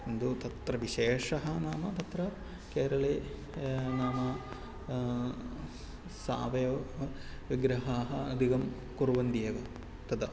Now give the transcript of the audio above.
किन्तु तत्र विशेषः नाम तत्र केरले नाम सावयवविग्रहाः अधिकं कुर्वन्ति एव तदा